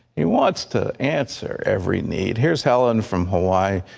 he wants to answer every need. here is helen from hawaii.